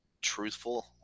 truthful